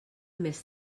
més